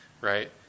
Right